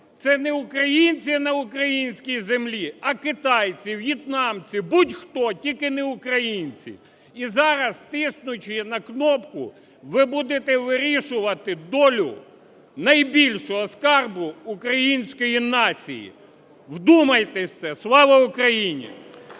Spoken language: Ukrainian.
це не українці на українській землі, а китайці, в'єтнамці, будь-хто, тільки не українці. І зараз, тиснучи на кнопку, ви будете вирішувати долю найбільшого скарбу української нації, вдумайтесь в це. Слава Україні!